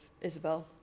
Isabel